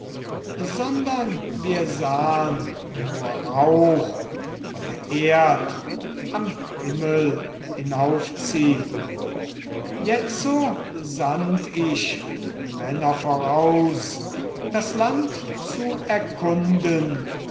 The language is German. sondern wir sahn nur rauch von der erd am himmel hinaufziehn jetzo sandt ich männer voraus das land zu erkunden